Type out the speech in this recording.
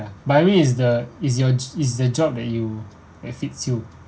ya but I mean is the is your is the job that you that fits you